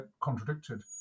contradicted